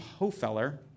Hofeller